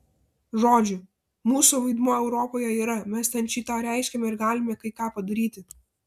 žodžiu mūsų vaidmuo europoje yra mes ten šį tą reiškiame ir galime kai ką padaryti